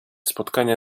spotkania